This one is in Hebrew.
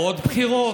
עוד בחירות,